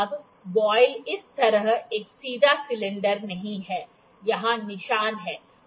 अब वॉयल इस तरह एक सीधा सिलेंडर नहीं है यहां निशान हैं